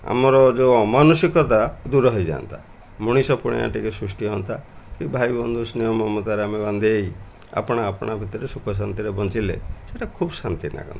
ଆମର ଯେଉଁ ମାନସିକତା ଦୂର ହେଇଯାନ୍ତା ମଣିଷପଣିଆ ଟିକେ ସୃଷ୍ଟି ହଅନ୍ତା କି ଭାଇ ବନ୍ଧୁ ସ୍ନେହ ମମତାରେ ଆମେ ବାନ୍ଧେଇ ଆପଣା ଆପଣା ଭିତରେ ସୁଖ ଶାନ୍ତିରେ ବଞ୍ଚିଲେ ସେଇଟା ଖୁବ ଶାନ୍ତି ଲାଗନ୍ତା